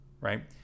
right